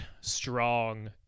strong